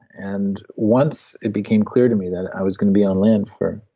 and once it became clear to me that i was going to be on land for.